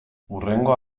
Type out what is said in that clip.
hurrengo